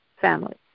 family